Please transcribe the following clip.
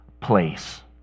place